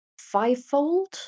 fivefold